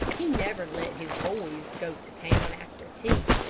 he never let his boys go to town after tea,